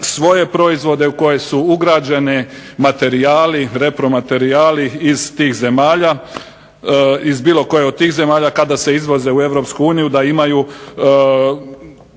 svoje proizvode u koje su ugrađeni materijali, repromaterijali iz tih zemalja, iz bilo koje od tih zemalja kada se izvoze u EU da imaju